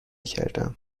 کردم